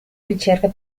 ricerca